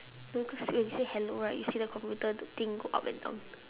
no cause when you say hello right you see the computer the thing go up and down